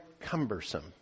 cumbersome